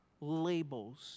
Labels